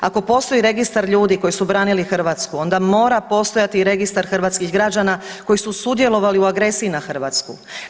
Ako postoji registar ljudi koji su branili Hrvatsku, onda mora postojati i registar Hrvatskih građana koji su sudjelovali u agresiji na Hrvatsku.